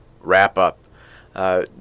wrap-up